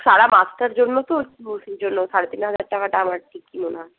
সারা মাসটার জন্য তো একটু সেইজন্য সাড়ে তিন হাজার টাকাটা আমার ঠিকই